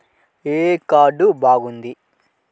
ఏ card బాగుంది?